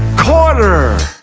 quarter